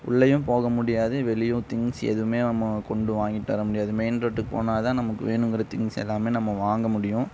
உள்ளேயும் போக முடியாது வெளியும் திங்ஸ் எதுவுமே நம்ம கொண்டு வாங்கிட்டு வர முடியாது மெயின் ரோட்டுக்கு போனால் தான் நமக்கு வேணும்கிற திங்ஸ் எல்லாமே நம்ம வாங்க முடியும்